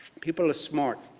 people ah so aren't